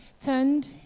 turned